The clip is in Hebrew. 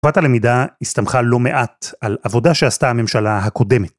תקופת הלמידה הסתמכה לא מעט על עבודה שעשתה הממשלה הקודמת.